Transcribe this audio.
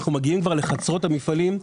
אנחנו מגיעים כבר לחצרות המפעלים,